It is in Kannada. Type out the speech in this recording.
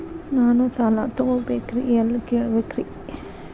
ನಾನು ಸಾಲ ತೊಗೋಬೇಕ್ರಿ ಎಲ್ಲ ಕೇಳಬೇಕ್ರಿ?